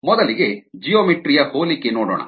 ಮೊದಲಿಗೆ ಜಿಯೋಮೆಟ್ರಿ ಯ ಹೋಲಿಕೆ ನೋಡೋಣ